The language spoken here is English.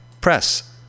press